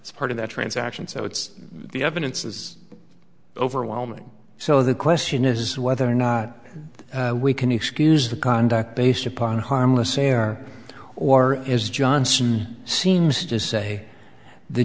it's part of that transaction so it's the evidence is overwhelming so the question is whether or not we can excuse the conduct based upon harmless error or is johnson seems to say the